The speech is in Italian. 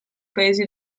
paesi